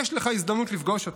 יש לך הזדמנות לפגוש אותו.